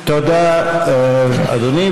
תודה, אדוני.